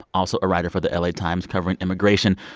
also a writer for the la times covering immigration.